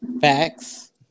Facts